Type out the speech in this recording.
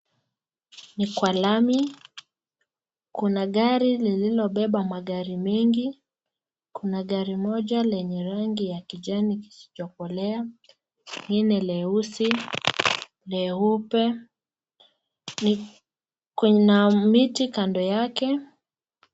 Ni kwa lami, kuna gari lilobeba magari mengi, kuna gari moja lenye rangi la kijani kilichokolea, leusi , leupe, kuna miti kando yake.